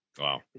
Wow